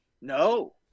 No